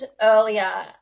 earlier